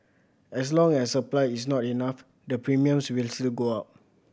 as long as supply is not enough the premiums will still go up